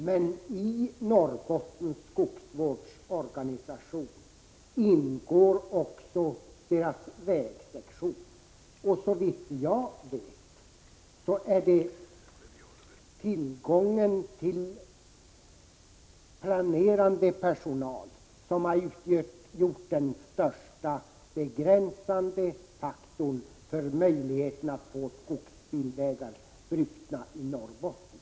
Men i Norrbottens skogsvårdsorganisation ingår vägsektionen, och såvitt jag vet är det tillgången till planerande personal som har utgjort den största begränsande faktorn för möjligheten att få skogsbilvägar brutna i Norrbotten.